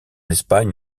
espagne